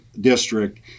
district